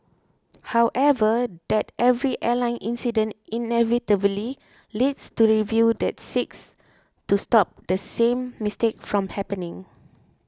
however that every airline incident inevitably leads to reviews that seek to stop the same mistake from happening